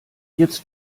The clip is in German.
jetzt